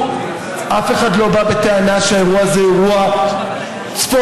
אף אחד לא בא בטענה שהאירוע הזה הוא אירוע צפון-קוריאני.